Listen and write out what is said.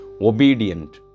obedient